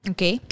Okay